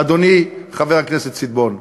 אדוני חבר הכנסת שטבון?